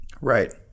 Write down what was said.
Right